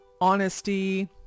honesty